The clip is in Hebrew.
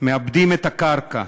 מעבדים את הקרקע.